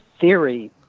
theory